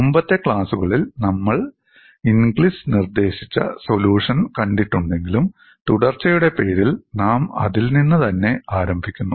മുമ്പത്തെ ക്ലാസുകളിൽ നമ്മൾ ഇൻഗ്ലിസ് നിർദേശിച്ച സൊലൂഷൻ പരിഹാരം വിവരണം കണ്ടിട്ടുണ്ടെങ്കിലും തുടർച്ചയുടെ പേരിൽ നാം അതിൽ നിന്ന് തന്നെ ആരംഭിക്കുന്നു